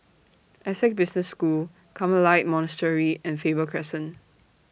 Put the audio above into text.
Essec Business School Carmelite Monastery and Faber Crescent